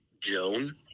Joan